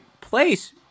place